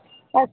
अस्तु